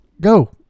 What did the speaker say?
Go